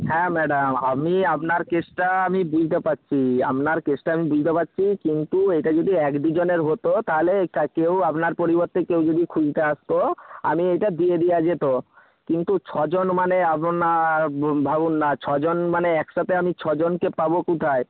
হ্যাঁ ম্যাডাম আমি আপনার কেসটা আমি বুঝতে পারছি আপনার কেসটা আমি বুঝতে পারছি কিন্তু এটা যদি এক দুজনের হতো তাহলে কেউ আপনার পরিবর্তে কেউ যদি খুলতে আসত আমি এইটা দিয়ে দেওয়া যেত কিন্তু ছজন মানে আপনার ভাবুন না ছজন মানে একসাথে আমি ছজনকে পাব কোথায়